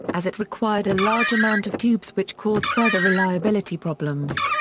as it required a large amount of tubes which caused further reliability problems.